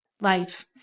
Life